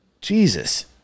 Jesus